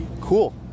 Cool